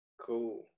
Cool